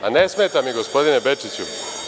Ne smeta mi gospodine Bečiću.